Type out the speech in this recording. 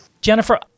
Jennifer